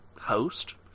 host